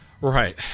Right